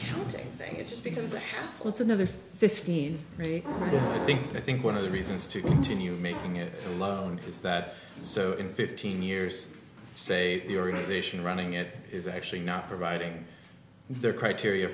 accounting thing it's just because the hassle it's another fifteen rate i think i think one of the reasons to continue making it alone is that so in fifteen years say the organisation running it is actually not providing their criteria